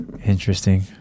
Interesting